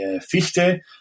Fichte